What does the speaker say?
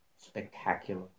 spectacular